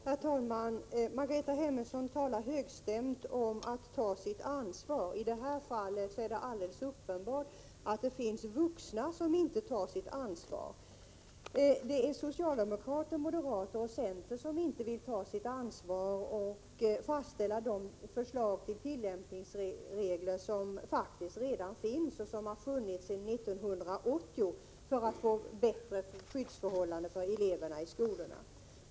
Herr talman! Margareta Hemmingsson talar högstämt om att ta sitt ansvar. I detta fall är det alldeles uppenbart att det finns vuxna som inte tar sitt ansvar. Det är socialdemokrater, moderater och centerpartister som inte vill ta sitt ansvar och fastställa de förslag till tillämpningsregler för arbetsmiljölagen som redan finns och som har funnits sedan 1980, för att få bättre skyddsförhållanden för eleverna i skolorna.